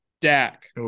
Dak